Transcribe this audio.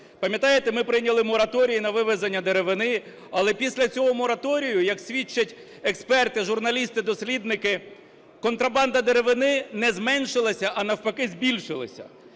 Пам'ятаєте, ми прийняли мораторій на вивезення деревини, але після цього мораторію, як свідчать експерти, журналісти, дослідники, контрабанда деревини не зменшилася, а навпаки збільшилась.